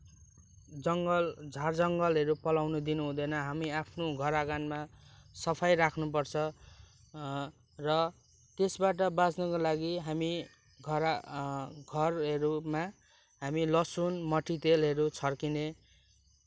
जङ्गल झारजङ्गलहरू पलाउन दिनुहुँदैन हामी आफ्नो घर आँगनमा सफाइ राख्नुपर्छ र त्यसबाट बाँच्नको लागि हामी घर घरहरूमा हामी लहसुन मट्टितेलहरू छर्किने